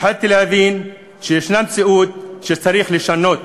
התחלתי להבין שיש מציאות שצריך לשנות: